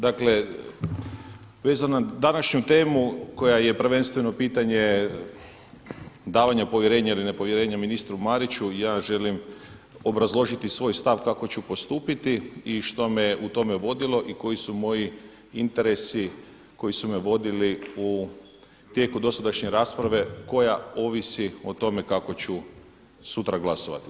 Dakle vezano na današnju temu koja je prvenstveno pitanje davanje povjerenja ili ne povjerenja ministru Mariću, ja želim obrazložiti svoj stav kako ću postupiti i što me je u tome vodilo i koji su moji interesi koji su me vodili u tijeku dosadašnje rasprave koja ovisi o tome kako ću sutra glasovati.